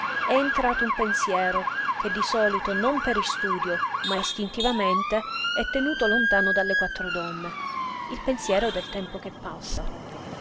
è entrato un pensiero che di solito non per istudio ma istintivamente è tenuto lontano dalle quattro donne il pensiero del tempo che passa